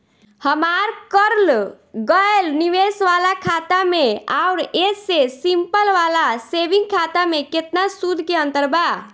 हमार करल गएल निवेश वाला खाता मे आउर ऐसे सिंपल वाला सेविंग खाता मे केतना सूद के अंतर बा?